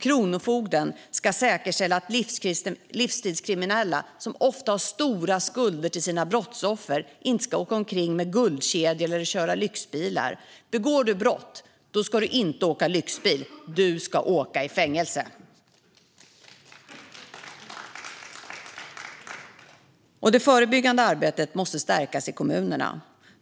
Kronofogden ska säkerställa att livstilskriminella, som ofta har stora skulder till sina brottsoffer, inte ska gå omkring med guldkedjor eller köra lyxbilar. Begår du brott ska du inte åka lyxbil. Du ska åka i fängelse. Det förebyggande arbetet i kommunerna måste stärkas.